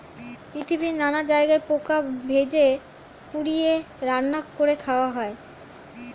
পৃথিবীর নানা জায়গায় পোকা ভেজে, পুড়িয়ে, রান্না করে খাওয়া হয়